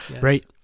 right